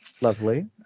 Lovely